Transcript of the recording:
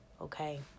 Okay